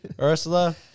Ursula